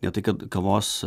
ne tai kad kavos